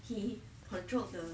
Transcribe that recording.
he controlled the